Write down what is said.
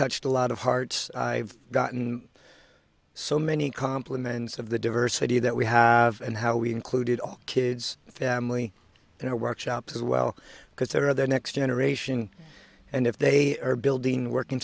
touched a lot of hearts i've gotten so many compliments of the diversity that we have and how we included all kids family in our workshops as well because there are the next generation and if they are building working